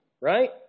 right